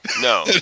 No